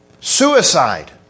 suicide